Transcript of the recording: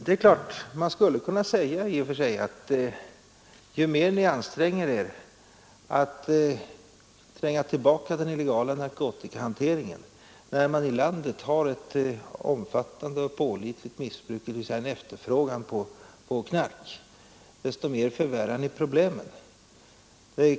Det är klart att man i och för sig skulle kunna säga att ju mer vi anstränger oss att komma åt den illegala narkotikahanteringen mot bakgrunden av att det i vårt land förekommer ett omfattande och ihållande missbruk — dvs. en efterfrågan på knark — desto mer förvärrar vi problemen.